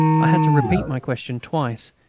i had to repeat my question twice,